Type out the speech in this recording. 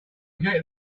get